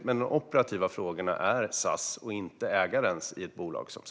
Men de operativa frågorna är SAS, inte ägarens.